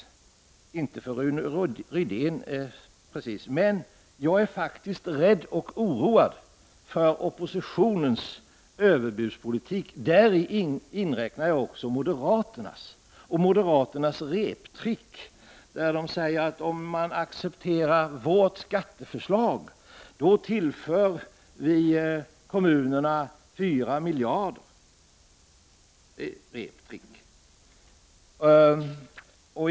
Jag är inte rädd för Rune Rydén precis, men jag är faktiskt oroad av oppositionens överbudspolitik, och däri inräknar jag också moderaterna, när de säger att om riksdagen accepterar det moderata skatteförslaget så tillförs kommunerna 4 miljarder. Det är ett reptrick!